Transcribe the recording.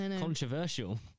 Controversial